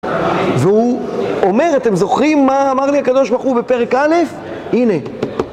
והוא אומר אתם זוכרים מה אמר לי הקדוש ברוך הוא בפרק א', הנה.